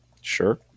Sure